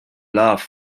love